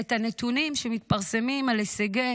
את הנתונים שמתפרסמים על הישגי